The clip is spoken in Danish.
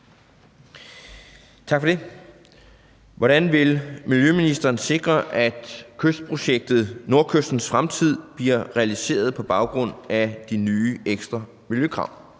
Andersen (V): Hvordan vil ministeren sikre, at kystprojektet Nordkystens Fremtid bliver realiseret på baggrund af de nye ekstra miljøkrav?